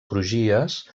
crugies